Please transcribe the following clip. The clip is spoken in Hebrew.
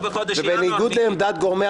בוא תביא גם את ועדת הקורונה.